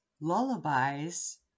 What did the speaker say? Lullabies